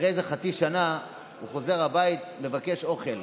אחרי חצי שנה הוא חוזר הביתה לבקש אוכל.